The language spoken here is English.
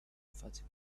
fatima